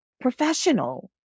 professional